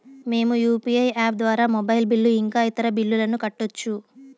మేము UPI app ద్వారా mobile bill ఇంకా ఇతర బిల్లులను కట్టొచ్చు